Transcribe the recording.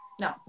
No